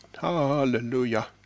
Hallelujah